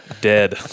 Dead